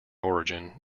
origin